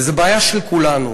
וזו בעיה של כולנו.